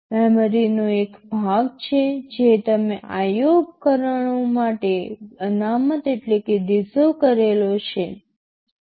મેમરીનો એક ભાગ છે જે તમે IO ઉપકરણો માટે અનામત કરેલો છો